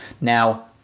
Now